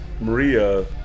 Maria